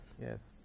Yes